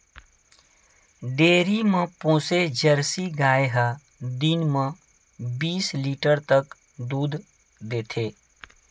dairy म पोसे jersey गाय ह दिन म बीस लीटर तक दूद देथे